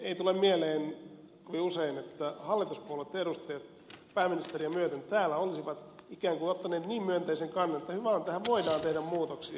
ei tule mieleen kovin usein että hallituspuolueitten edustajat pääministeriä myöten täällä olisivat ikään kuin ottaneet niin myönteisen kannan että hyvä on tähän voidaan tehdä muutoksia